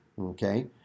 okay